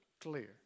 clear